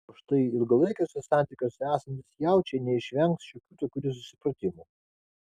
o štai ilgalaikiuose santykiuose esantys jaučiai neišvengs šiokių tokių nesusipratimų